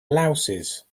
louses